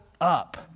up